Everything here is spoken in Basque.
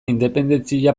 independentzia